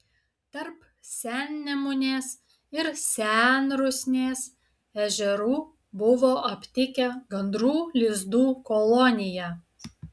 tarp sennemunės ir senrusnės ežerų buvo aptikę gandrų lizdų koloniją